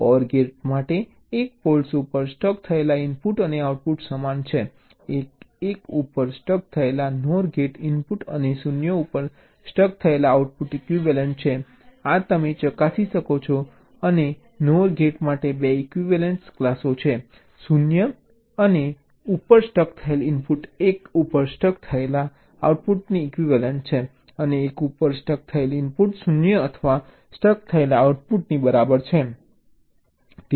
OR gate માટે 1 faults ઉપર stuck થયેલા ઇનપુટ અને આઉટપુટ સમાન છે 1 ઉપર સ્ટક થયેલા NOR ગેટ ઇનપુટ અને 0 ઉપર સ્ટક થયેલા આઉટપુટ ઇક્વિવેલન્ટ છે આ તમે ચકાસી શકો છો અને NOR ગેટ માટે 2 ઇક્વિવેલેંસ ક્લાસો છે 0 ઉપર સ્ટક થયેલ ઇનપુટ 1 ઉપર સ્ટક થયેલા આઉટપુટની ઇક્વિવેલન્ટ છે અને 1 ઉપર સ્ટક થયેલ ઇનપુટ 0 ઉપર સ્ટક થયેલા આઉટપુટની ઇક્વિવેલન્ટ છે